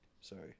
Sorry